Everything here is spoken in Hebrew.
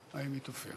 להעביר